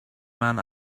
man